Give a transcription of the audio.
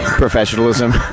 Professionalism